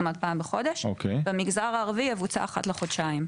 זאת אומרת פעם בחודש, ובמגזר הערבי, אחת לחודשיים.